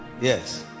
yes